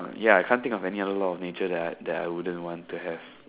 ya I can't think of any other law of nature that I wouldn't want to have